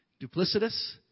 duplicitous